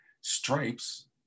Stripes